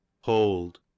hold